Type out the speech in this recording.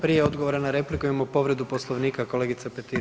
Prije odgovora na repliku imamo povredu Poslovnika, kolegica Petir.